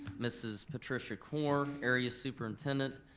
mrs. patricia corr area superintendent,